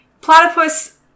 Platypus